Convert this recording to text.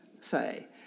say